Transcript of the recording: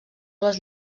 les